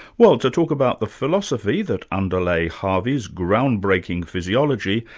well to talk about the philosophy that underlay harvey's groundbreaking physiology,